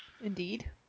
indeed